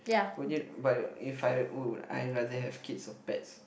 would you but if I would I rather have kids or pets